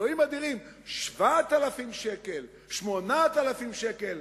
אלוהים אדירים, 7,000 שקל, 8,000 שקל.